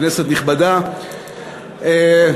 כנסת נכבדה,